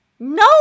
No